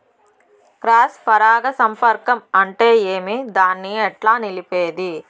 Cross పరాగ సంపర్కం అంటే ఏమి? దాన్ని ఎట్లా నిలిపేది?